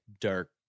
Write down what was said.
dark